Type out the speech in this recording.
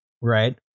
right